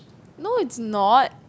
no it's not